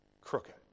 Crooked